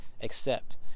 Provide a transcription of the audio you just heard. accept